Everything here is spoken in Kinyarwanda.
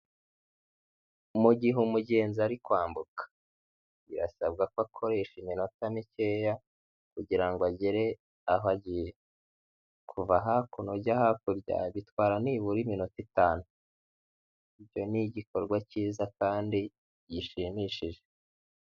Mu gihe umugenzi ari kwambuka birasabwa ko akoresha iminota mikeya kugira ngo agere aho ajyiye, kuva hakuno ujya hakurya bitwara nibura iminota itanu, ibyo ni igikorwa cyiza kandi gishimishije.